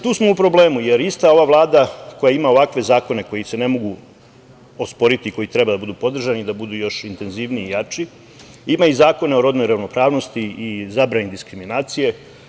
Tu smo u problemu jer ista ova Vlada koja ima ovakve zakone koji se ne mogu osporiti, koji treba da budu podržani i da budu još intenzivniji i jači ima i Zakon o rodnoj ravnopravnosti i zabrani diskriminacije.